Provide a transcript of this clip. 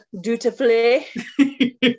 dutifully